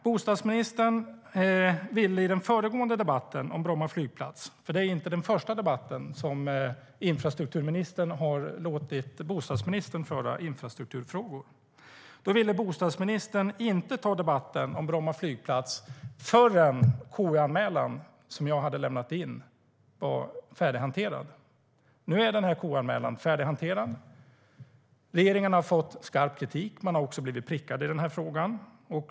Bostadsministern ville i den föregående debatten - detta är ju inte den första debatt som infrastrukturministern har låtit bostadsministern föra i infrastrukturfrågor - inte ta diskussionen om Bromma flygplats förrän den KU-anmälan som jag hade lämnat in var färdighanterad. Nu är KU-anmälningen färdighanterad. Regeringen har fått skarp kritik. Man har också blivit prickad i den här frågan.